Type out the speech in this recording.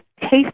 taste